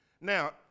Now